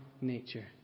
nature